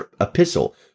epistle